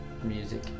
music